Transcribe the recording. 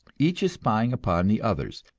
each is spying upon the others,